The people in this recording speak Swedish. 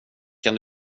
kan